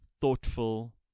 thoughtful